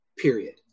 period